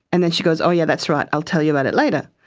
and then she goes, oh yeah, that's right, i'll tell you about it later.